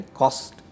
cost